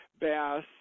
bass